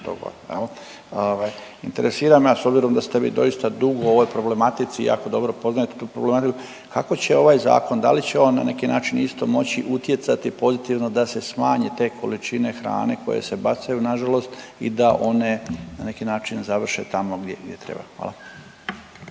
Interesira me, a s obzirom da ste vi doista dugo u ovoj problematici i jako dobro poznajete tu problematiku, kako će ovaj zakon, da li će on na neki način isto moći utjecati pozitivno da se smanje te količine hrane koje se bacaju nažalost i da one na neki način završe tamo gdje treba. Hvala.